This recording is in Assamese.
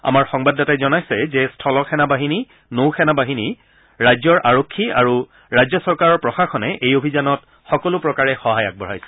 আমাৰ সংবাদদাতাই জনাইছে যে স্থল সেনা বাহিনী নৌ সেনা বাহিনী আৰক্ষী আৰু ৰাজ্য চৰকাৰৰ প্ৰশাসনে এই অভিযানত সকলো প্ৰকাৰে সহায় আগবঢ়াইছে